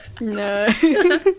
No